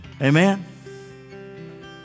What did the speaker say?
Amen